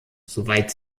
soweit